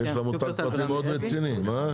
יש להם מותג מאוד רציני, מה?